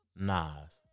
Nas